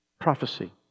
Prophecy